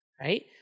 right